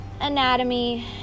anatomy